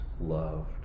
loved